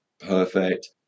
Perfect